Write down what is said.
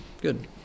Good